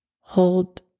Hold